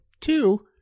two